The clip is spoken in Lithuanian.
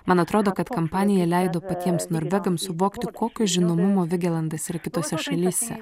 man atrodo kad kompanija leido patiems norvegams suvokti kokio žinomumo vigelandas yra kitose šalyse